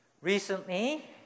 Recently